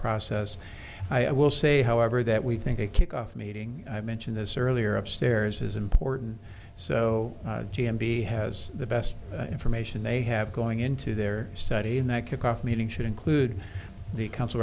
process i will say however that we think a kick off meeting i mentioned this earlier upstairs is important so g m b has the best information they have going into their study and that kickoff meeting should include the council